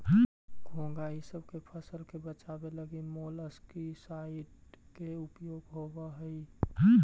घोंघा इसब से फसल के बचावे लगी मोलस्कीसाइड के उपयोग होवऽ हई